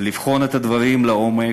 לבחון את הדברים לעומק,